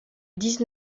dix